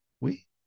Oui